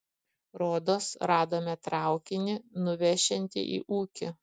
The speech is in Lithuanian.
rodos radome traukinį nuvešiantį į ūkį